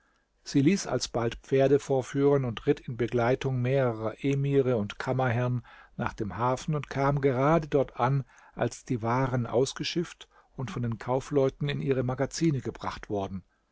sie ließ alsbald pferde vorführen und ritt in begleitung mehrerer emire und kammerherrn nach dem hafen und kam gerade dort an als die waren ausgeschifft und von den kaufleuten in ihre magazine gebracht worden